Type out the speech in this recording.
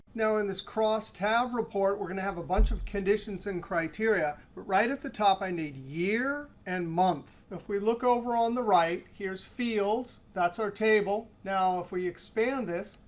now, in this crosstab report we're going to have a bunch of conditions and criteria. but right at the top, i need year and month. if we look over on the right, here's fields. that's our table. now, if we expand this,